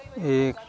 एक